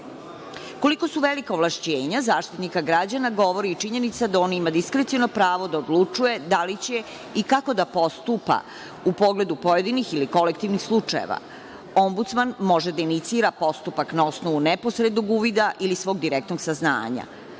su velika ovlašćenja Zaštitnika građana, govori i činjenica da on ima diskreciono pravo da odlučuje da li će i kako da postupa u pogledu pojedinih ili kolektivnih slučajeva. Ombudsman može da inicira postupak na osnovu neposrednog uvida ili svog direktnog saznanja.